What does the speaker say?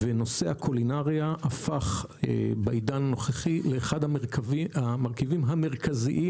נושא הקולינריה הפך בעידן הנוכחי לאחד המרכיבים המרכזיים